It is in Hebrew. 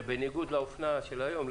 זה בניגוד לאופנה של היום,